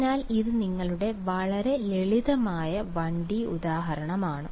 അതിനാൽ ഇത് നിങ്ങളുടെ വളരെ ലളിതമായ 1 D ഉദാഹരണമാണ്